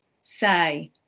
say